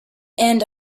end